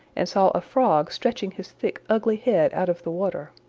and saw a frog stretching his thick ugly head out of the water.